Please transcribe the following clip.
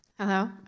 Hello